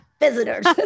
visitors